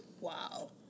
Wow